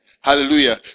hallelujah